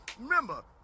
Remember